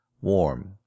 warm